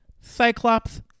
cyclops